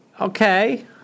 Okay